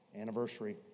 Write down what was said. anniversary